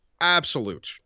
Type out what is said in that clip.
absolute